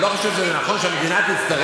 אני לא חושב שזה נכון שהמדינה תצטרף